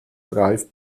drive